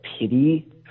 pity